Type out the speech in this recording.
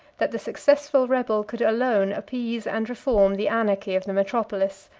that the successful rebel could alone appease and reform the anarchy of the metropolis.